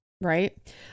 right